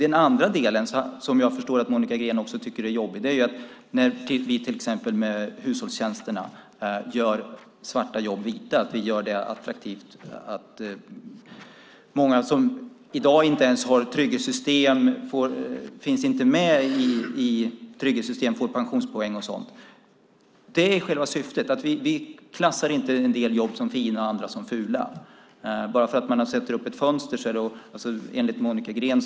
Den andra delen, som jag förstår att Monica Green tycker är jobbig, är att vi till exempel vad gäller hushållstjänster gör svarta jobb vita, gör det hela attraktivt och ser till att många som i dag inte finns med i trygghetssystemen får pensionspoäng. Det är själva syftet. Vi klassar inte en del jobb som fina och andra som fula.